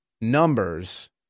numbers